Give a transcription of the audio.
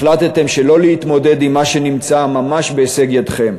החלטתם שלא להתמודד עם מה שנמצא ממש בהישג ידכם.